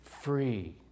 free